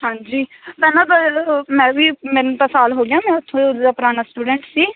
ਹਾਂਜੀ ਪਹਿਲਾਂ ਤਾਂ ਹੈਲੋ ਮੈਂ ਵੀ ਮੈਨੂੰ ਤਾਂ ਸਾਲ ਹੋ ਗਿਆ ਮੈਂ ਉਥੋਂ ਦਾ ਪੁਰਾਣਾ ਸਟੂਡੈਂਟ ਸੀ